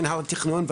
מינהל התכנון,